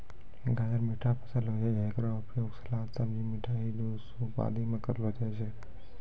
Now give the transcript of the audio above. गाजर मीठा फसल होय छै, हेकरो उपयोग सलाद, सब्जी, मिठाई, जूस, सूप आदि मॅ करलो जाय छै